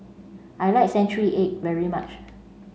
I like century egg very much